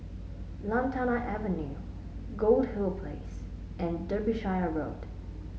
Lantana Avenue Goldhill Place and Derbyshire Road